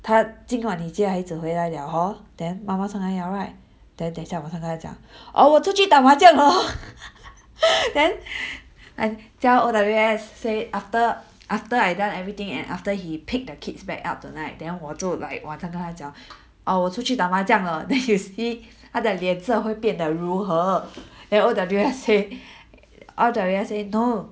她今晚你接孩子回来了 hor then 妈妈上来了 right then 等一下我跟她讲 哦我出去打麻将 hor then I tell all the rest say after after I done everything and after he picked the kids back up tonight then 我就 like 晚上跟她讲 err 我出去打麻将了 this is he 她讲你也不懂会变得如何 then all the rest say no